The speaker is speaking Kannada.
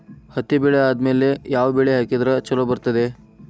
ಹತ್ತಿ ಬೆಳೆ ಆದ್ಮೇಲ ಯಾವ ಬೆಳಿ ಹಾಕಿದ್ರ ಛಲೋ ಬರುತ್ತದೆ?